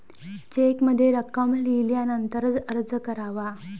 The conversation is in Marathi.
चेकमध्ये रक्कम लिहिल्यानंतरच अर्ज करावा